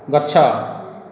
ଗଛ